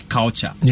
Culture